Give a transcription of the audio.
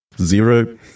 zero